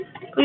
Please